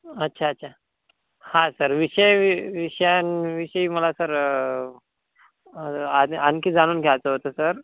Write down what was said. अच्छा अच्छा हां सर विषय वी विषयांविषयी मला सर आन आणखी जाणून घ्यायचं होतं सर